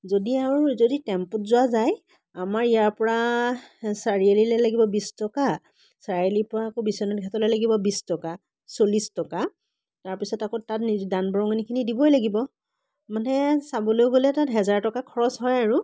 যদি আৰু যদি টেম্পুত যোৱা যায় আমাৰ ইয়াৰ পৰা চাৰিআলিলৈ লাগিব বিছ টকা চাৰিআলিৰ পৰা আকৌ বিশ্বনাথ ঘাটলৈ লাগিব বিছ টকা চল্লিছ টকা তাৰ পিছত আকৌ তাত নি দান বৰঙণিখিনি দিবই লাগিব মানে চাবলৈ গ'লে তাত হেজাৰ টকা খৰচ হয় আৰু